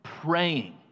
Praying